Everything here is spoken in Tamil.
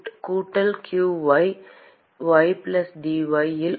கூட்டல் qy ydy இல் உள்ள மைனஸ் q ஐ 1 ஆல் வகுத்து